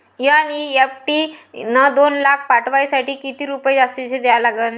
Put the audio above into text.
NEFT न दोन लाख पाठवासाठी किती रुपये जास्तचे द्या लागन?